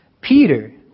Peter